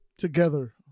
together